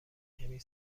کمی